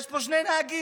יש פה שני נהגים.